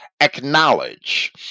acknowledge